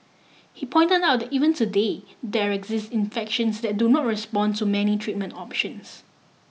he point out that even today there exist infections that do not respond to many treatment options